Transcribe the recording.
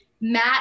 Matt